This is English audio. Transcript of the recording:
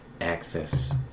access